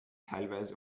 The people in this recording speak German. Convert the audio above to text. teilweise